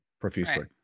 profusely